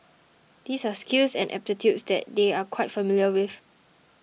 these are skills and aptitudes that they are quite familiar with